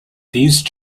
these